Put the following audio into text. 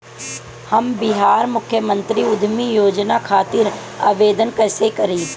हम बिहार मुख्यमंत्री उद्यमी योजना खातिर आवेदन कईसे करी?